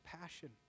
passion